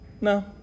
No